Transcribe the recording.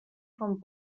font